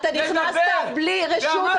אתה נכנסת בלי רשות,